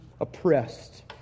oppressed